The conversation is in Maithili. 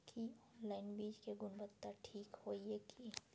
की ऑनलाइन बीज के गुणवत्ता ठीक होय ये की?